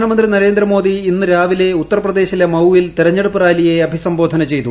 പ്രധാനമന്ത്രി നരേന്ദ്രമോദി ഇന്ന് രാവിലെ ഉത്തർപ്രദേശിലെ മൌവിൽ തെരർഞ്ഞടുപ്പ് റാലിയെ അഭിസംബോധന ചെയ്തു